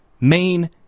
main